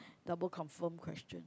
double confirm question